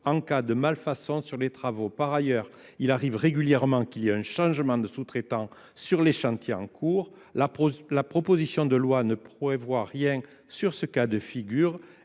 en cas de malfaçon sur les travaux. Par ailleurs, il arrive régulièrement qu'il y ait un changement de sous-traitant sur les chantiers en cours. La proposition de loi ne prouve rien sur ce cas de figure.